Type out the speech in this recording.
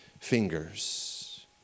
fingers